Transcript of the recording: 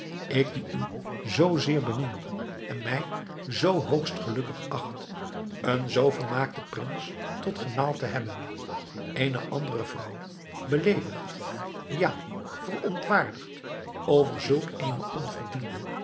ik die u zoo zeer bemin en mij zoo hoogst gelukkig acht een zoo volmaakten prins tot gemaal te hebben eene andere vrouw beleedigd ja verontwaardigd over zulk eene onverdiende